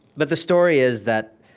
but the story is that